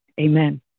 Amen